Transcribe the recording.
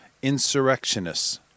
insurrectionists